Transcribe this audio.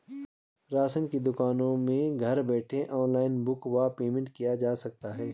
Ration की दुकान में घर बैठे ऑनलाइन बुक व पेमेंट किया जा सकता है?